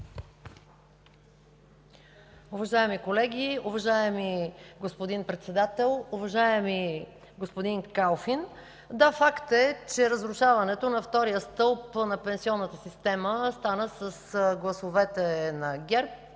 Уважаеми колеги, уважаеми господин Председател! Уважаеми господин Калфин, да, факт е, че разрушаването на втория стълб на пенсионната система стана с гласовете на ГЕРБ